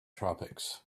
tropics